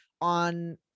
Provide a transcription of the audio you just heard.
on